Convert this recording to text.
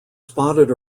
spotted